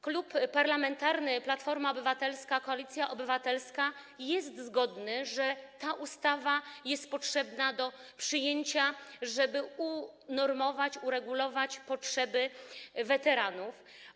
Klub Parlamentarny Platforma Obywatelska - Koalicja Obywatelska jest zgodny, że ta ustawa jest potrzebna, żeby unormować, uregulować, zaspokoić potrzeby weteranów.